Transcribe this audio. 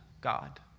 God